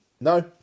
No